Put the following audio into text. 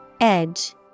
Edge